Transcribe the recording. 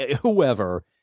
whoever